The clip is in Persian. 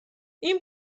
این